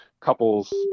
Couples